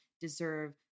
deserve